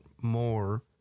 more